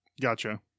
Gotcha